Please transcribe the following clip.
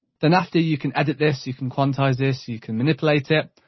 then, after, you can edit this. you can quantise this, you can manipulate it.